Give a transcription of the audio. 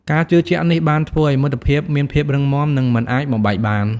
ការជឿជាក់នេះបានធ្វើឱ្យមិត្តភាពមានភាពរឹងមាំនិងមិនអាចបំបែកបាន។